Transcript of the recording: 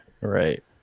right